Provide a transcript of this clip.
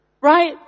Right